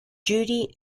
judy